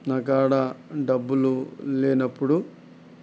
నా కాడ డబ్బులు లేనప్పుడు